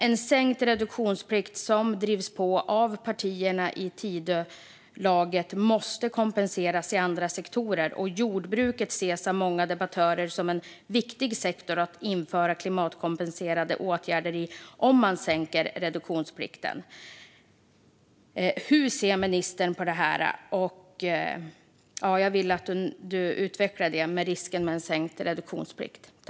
En sänkt reduktionsplikt, vilket partierna i Tidölaget driver på för, måste kompenseras i andra sektorer. Jordbruket ses av många debattörer som en viktig sektor att införa klimatkompenserade åtgärder i om man sänker reduktionsplikten. Hur ser ministern på detta? Jag vill att han utvecklar detta med risken med en sänkt reduktionsplikt.